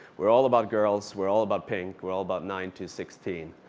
we're all about girls. we're all about pink. we're all about nine to sixteen.